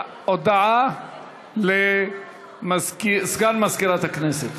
הודעה לסגן מזכירת הכנסת.